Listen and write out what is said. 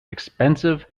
expensive